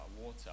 water